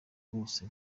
bose